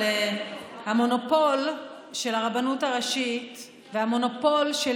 שהמונופול של הרבנות הראשית והמונופול של